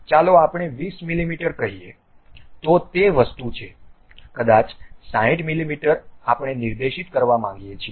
તેથી ચાલો આપણે 20 મીમી કહીએ તો તે વસ્તુ છે કદાચ 60 મીમી આપણે નિર્દેશિત કરવા માંગીએ છીએ